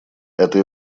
это